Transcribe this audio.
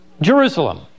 Jerusalem